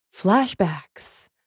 flashbacks